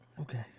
Okay